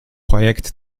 projekt